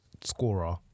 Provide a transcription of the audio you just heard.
scorer